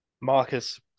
Marcus